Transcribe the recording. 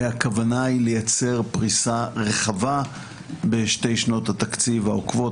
והכוונה היא לייצר פריסה רחבה בשתי שנות התקציב העוקבות,